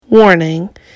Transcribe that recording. Warning